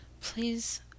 please